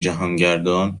جهانگردان